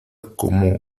como